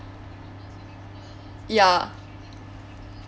ya